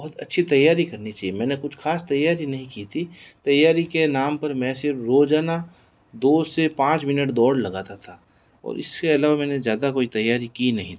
बहुत अच्छी तैयारी करनी चाहिए मैंने कुछ खास तैयारी नहीं की थी तैयारी के नाम पर मैं सिर्फ रोजाना दो से पाँच मिनट दौड़ लगाता था और इसके अलावा मैंने ज़्यादा कोई तैयारी की नहीं थी